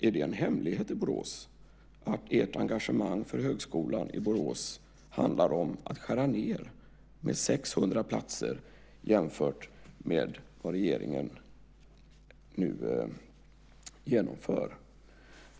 Är det en hemlighet i Borås att ert engagemang för Högskolan i Borås handlar om att skära ned med 600 platser jämfört med vad regeringen nu genomför?